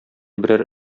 берәр